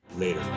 later